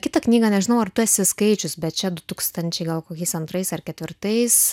kitą knygą nežinau ar tu esi skaičius bet čia du tūkstančiai gal kokiais antrais ar ketvirtais